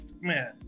Man